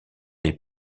les